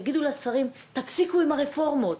תגידי לשרים שיפסיקו עם הרפורמות.